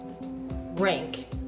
rank